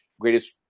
greatest